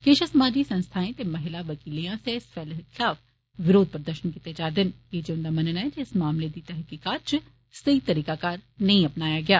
किश समाजी संस्थाएं ते महिला वकीलें आस्सेआ इस फैसले खलाफ विरोघ प्रदर्शन कीते जा रदे न कीजे उंदा मन्नना ऐ जे इस मामले दी तहकीकात च सेई तरीकाकार नेंई अपनाया गेआ